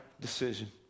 decision